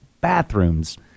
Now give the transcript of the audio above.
bathrooms